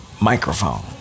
microphone